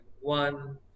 one